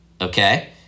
okay